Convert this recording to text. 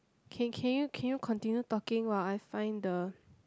can can you can you continue talking while I find the